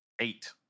Eight